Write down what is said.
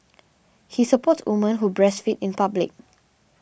he supports women who breastfeed in public